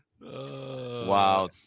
Wow